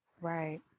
Right